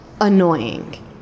annoying